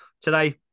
today